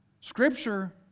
Scripture